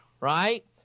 right